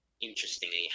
interestingly